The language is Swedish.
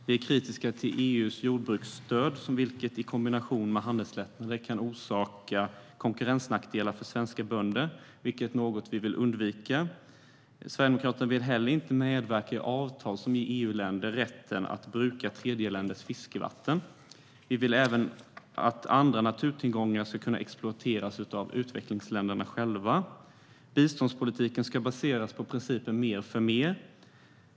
Vi är kritiska till EU:s jordbruksstöd vilket i kombination med handelslättnader kan orsaka konkurrensnackdelar för svenska bönder, och det är något som vi vill undvika. Sverigedemokraterna vill inte heller medverka till avtal som ger EU-länder rätt att bruka tredjeländers fiskevatten. Vi vill även att andra naturtillgångar ska kunna exploateras av utvecklingsländerna själva. Biståndspolitiken ska baseras på principen mer för mer.